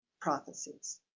prophecies